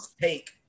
take